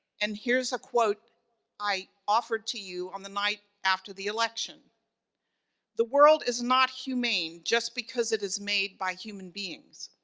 and here's a quote i offered to you on the night after the election the world is not humane just because it is made by human beings,